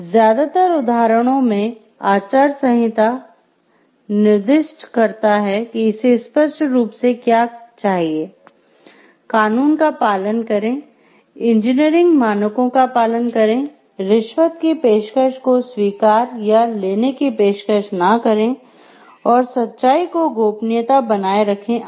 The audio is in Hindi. ज्यादातर उदाहरणों में आचार संहिता निर्दिष्ट करता है कि इसे स्पष्ट रूप से क्या चाहिए कानून का पालन करें इंजीनियरिंग मानकों का पालन करें रिश्वत की पेशकश को स्वीकार या लेने की पेशकश न करें और सच्चाई को गोपनीयता बनाए रखें आदि